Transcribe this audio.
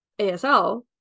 ASL